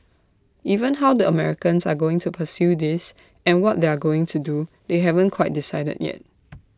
even how the Americans are going to pursue this and what they're going to do they haven't quite decided yet